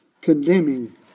condemning